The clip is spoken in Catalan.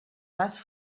pas